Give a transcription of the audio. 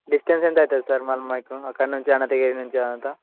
distance ఎంత అవుతుంది sir మరి మాకు అక్కడి నుంచి అనంతగిరి నుంచి అది అంతా